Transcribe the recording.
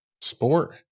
sport